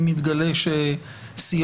אם יתגלה שסיעות,